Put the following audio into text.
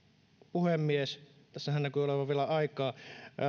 puhemies tässähän näkyy olevan vielä aikaa